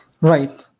Right